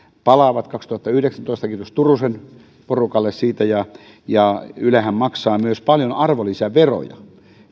palaavat kaksituhattayhdeksäntoista kiitos turusen porukalle siitä ja ja ylehän maksaa myös paljon arvonlisäveroja